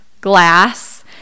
glass